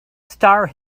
star